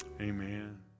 amen